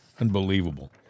Unbelievable